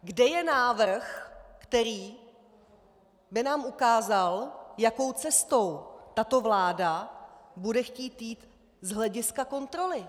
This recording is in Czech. Kde je návrh, který by nám ukázal, jakou cestou tato vláda bude chtít jít z hlediska kontroly?